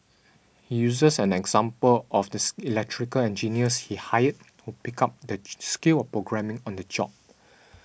he uses an example of the electrical engineers he hired who picked up the skill of programming on the job